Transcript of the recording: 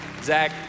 Zach